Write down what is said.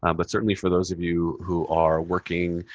um but certainly for those of you who are working,